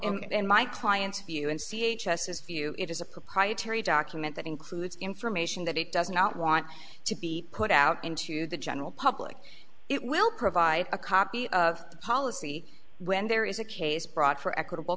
document and my client's view and c h s is few it is a proprietary document that includes information that it does not want to be put out into the general public it will provide a copy of the policy when there is a case brought for equitable